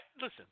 listen